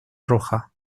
roja